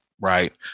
right